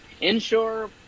inshore